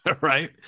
right